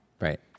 Right